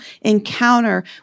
encounter